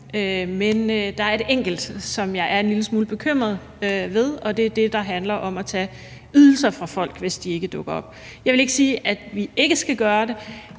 men der er et enkelt, som jeg er en lille smule bekymret ved, og det er det, der handler om tage ydelser fra folk, hvis de ikke dukker op. Jeg vil ikke sige, at vi ikke skal gøre det.